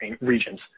regions